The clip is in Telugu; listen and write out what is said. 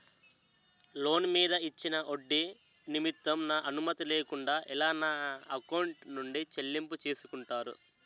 లోన్ మీద ఇచ్చిన ఒడ్డి నిమిత్తం నా అనుమతి లేకుండా ఎలా నా ఎకౌంట్ నుంచి చెల్లింపు చేసుకుంటారు?